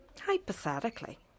Hypothetically